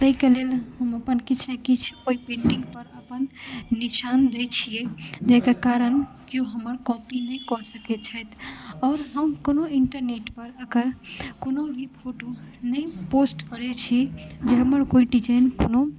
ताहिके लेल हम अपन किछु ने किछु ओहि पेन्टिंग पर अपन निशान दै छियै जाहिके कारण केओ हमर कॉपी नहि कऽ सकैत छथि आओर हम कोनो इण्टरनेट पर एकर कोनो भी फोटो नहि पोस्ट करैत छी जे हमर कोइ डिजाइन कोनो